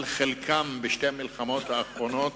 על חלקם בשתי המלחמות האחרונות.